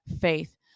faith